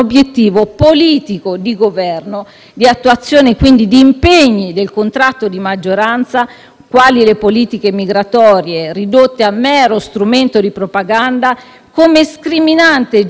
quali le politiche migratorie ridotte a mero strumento di propaganda, come scriminante generale in sede penale, in quanto tale tesi - è stato sottolineato anche dai miei colleghi